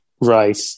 Right